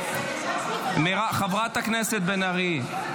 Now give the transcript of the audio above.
--- חברת הכנסת בן ארי,